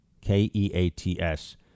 K-E-A-T-S